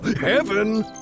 Heaven